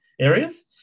areas